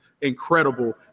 incredible